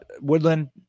Woodland